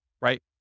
right